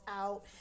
out